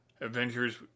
avengers